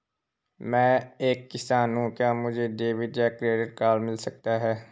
मैं एक किसान हूँ क्या मुझे डेबिट या क्रेडिट कार्ड मिल सकता है?